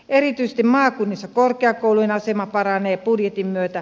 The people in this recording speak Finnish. erityisesti maakunnissa korkeakoulujen asema paranee budjetin myötä